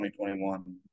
2021